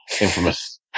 infamous